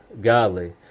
godly